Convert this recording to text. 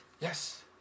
Yes